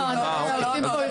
זה לא מעונות.